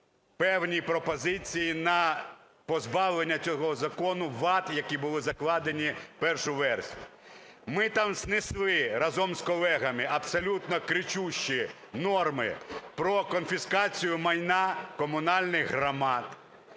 певні пропозиції на позбавлення цього закону вад, які були закладені в першу версію. Ми там знесли разом з колегами абсолютно кричущі норми про конфіскацію майна комунальних громад.